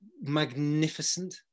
magnificent